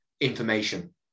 information